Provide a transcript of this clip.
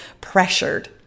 pressured